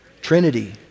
Trinity